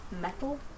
metal